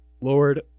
Lord